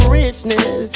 richness